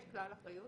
יש כלל אחריות,